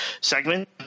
segment